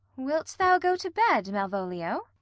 wilt thou go to bed, malvolio?